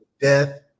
death